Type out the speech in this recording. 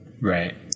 Right